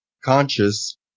conscious